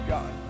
God